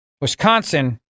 Wisconsin